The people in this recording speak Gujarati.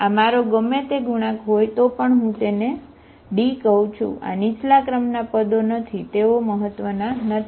આ મારો ગમે તે ગુણાંક હોય તો પણ હું તેને D કહું છું આ નીચલા ક્રમના પદો નથી તેઓ મહત્વના નથી